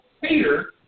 Peter